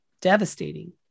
devastating